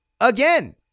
again